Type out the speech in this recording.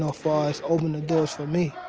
ah far as opened the doors for me.